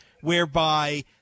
whereby